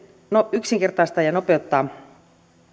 yksinkertaistaa ja nopeuttaa